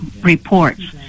reports